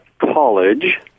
college